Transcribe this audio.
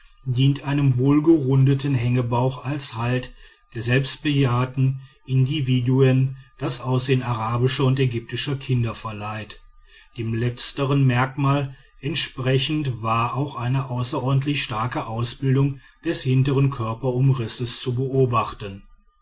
dient einem wohlgerundeten hängebauch als halt der selbst bejahrten individuen das aussehen arabischer und ägyptischer kinder verleiht dem letztern merkmal entsprechend war auch eine außerordentlich starke ausbildung des hintern körperumrisses zu beobachten